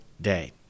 day